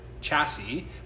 chassis